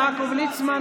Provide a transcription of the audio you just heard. יעקב ליצמן,